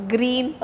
Green